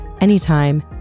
anytime